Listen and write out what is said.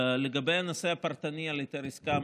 לגבי הנושא הפרטני של היתר עסקה,